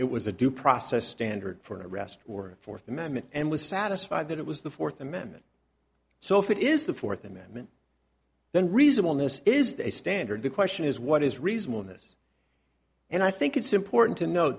it was a due process standard for the rest or fourth amendment and was satisfied that it was the fourth amendment so if it is the fourth amendment then reason on this is the standard the question is what is reasonable in this and i think it's important to no